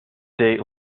date